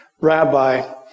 rabbi